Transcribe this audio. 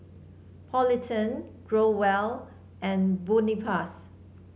Polident Growell and Tubifast